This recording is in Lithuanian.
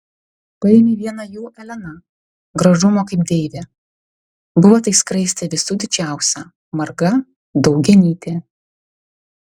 paėmė vieną jų elena gražumo kaip deivė buvo tai skraistė visų didžiausia marga daugianytė